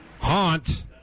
haunt